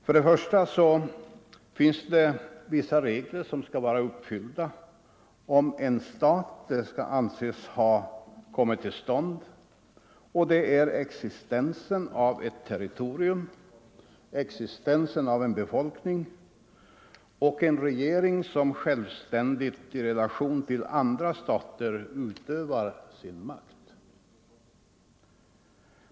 För det första finns det vissa kriterier som skall vara uppfyllda för att en stat skall anses ha kommit till stånd, nämligen existensen av ett territorium, existensen av en befolkning och en regering som självständigt i relation till andra stater utövar sin makt.